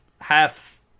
half